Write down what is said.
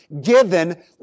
given